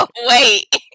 Wait